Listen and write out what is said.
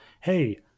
hey